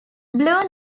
blue